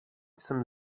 jsem